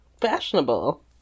fashionable